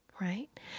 Right